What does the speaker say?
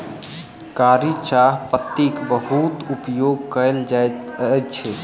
कारी चाह पत्तीक बहुत उपयोग कयल जाइत अछि